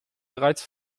bereits